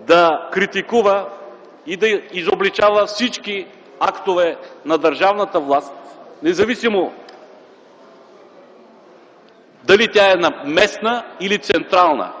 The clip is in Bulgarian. да критикува и да изобличава всички актове на държавната власт, независимо дали тя е местна или централна,